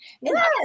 Yes